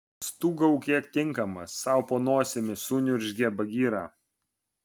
stūgauk kiek tinkamas sau po nosimi suniurzgė bagira